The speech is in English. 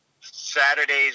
Saturdays